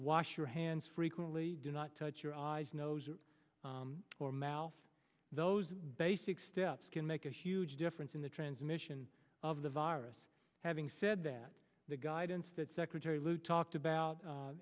wash your hands frequently do not touch your eyes nose or mouth those basic steps can make a huge difference in the transmission of the virus having said that the guidance that secretary lew talked about